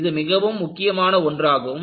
இது மிகவும் முக்கியமான ஒன்றாகும்